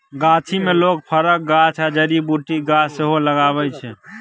गाछी मे लोक फरक गाछ या जड़ी बुटीक गाछ सेहो लगबै छै